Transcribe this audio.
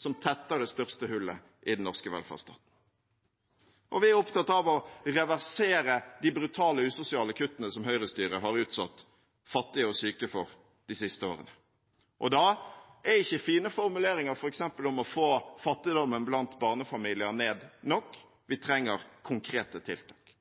som tetter det største hullet i den norske velferdsstaten. Og vi er opptatt av å reversere de brutale usosiale kuttene som Høyre-styret har utsatt fattige og syke for de siste årene. Da er ikke fine formuleringer om f.eks. å få fattigdommen blant barnefamilier ned nok. Vi trenger konkrete tiltak.